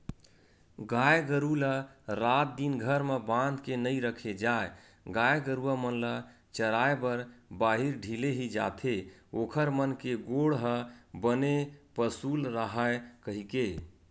गाय गरु ल रात दिन घर म बांध के नइ रखे जाय गाय गरुवा मन ल चराए बर बाहिर ढिले ही जाथे ओखर मन के गोड़ ह बने पसुल राहय कहिके